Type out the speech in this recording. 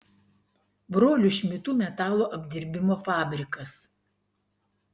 brolių šmidtų metalo apdirbimo fabrikas